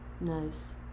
nice